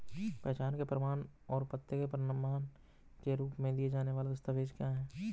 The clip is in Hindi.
पहचान के प्रमाण और पते के प्रमाण के रूप में दिए जाने वाले दस्तावेज क्या हैं?